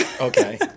okay